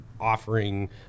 offering